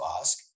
ask